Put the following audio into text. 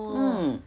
mm